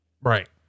right